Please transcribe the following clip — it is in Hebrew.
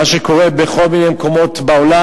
מה שקורה בכל מיני מקומות בעולם.